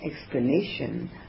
explanation